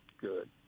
good